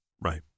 Right